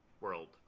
world